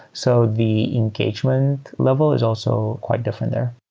so the engagement level is also quite different there.